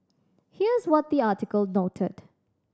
here's what the article noted